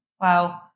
Wow